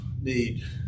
need